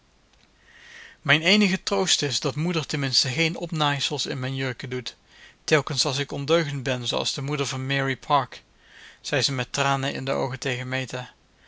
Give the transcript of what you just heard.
mijn eenige troost is dat moeder tenminste geen opnaaisels in mijn jurken doet telkens als ik ondeugend ben zooals de moeder van mary park zei ze met tranen in de oogen tegen meta